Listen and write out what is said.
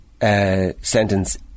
sentence